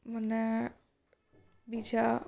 મને બીજા